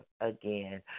again